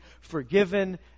forgiven